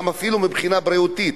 אפילו מבחינה בריאותית.